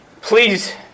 Please